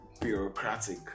bureaucratic